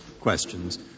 questions